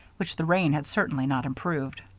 which the rain had certainly not improved.